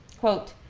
quote,